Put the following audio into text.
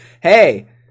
Hey